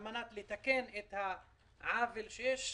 על מנת לתקן את העוול שיש,